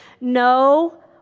No